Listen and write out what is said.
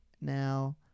Now